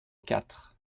quatre